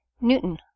Newton